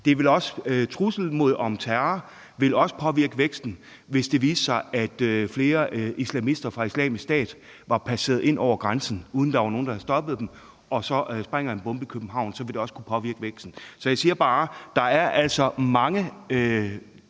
Truslen om terror ville også påvirke væksten, hvis det viste sig, at flere islamister fra Islamisk Stat var passeret ind over grænsen, uden at der var nogen, der havde stoppet dem, og de så springer en bombe i København. Så ville det også kunne påvirke væksten. Så jeg siger bare, at der altså er mange